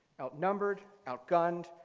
outnumbered, outgunned,